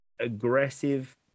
aggressive